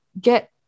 get